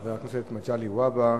חבר הכנסת מגלי והבה,